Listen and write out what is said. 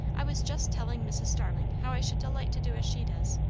i was just telling mrs. starling how i should delight to do as she does,